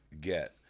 get